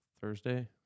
Thursday